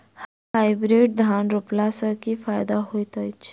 Hybrid धान रोपला सँ की फायदा होइत अछि?